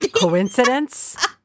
Coincidence